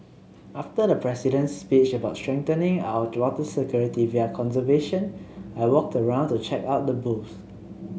after the President's speech about strengthening our water security via conservation I walked around to check out the booths